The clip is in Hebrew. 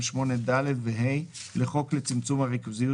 8(ד) ו-(ה) לחוק לצמצום הריכוזיות,